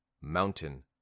mountain